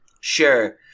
Sure